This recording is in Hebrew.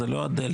זה לא הדלתא,